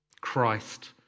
Christ